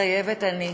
מתחייבת אני.